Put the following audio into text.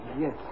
yes